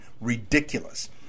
ridiculous